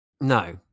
No